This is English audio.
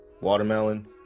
watermelon